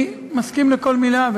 אני מסכים לכל מילה,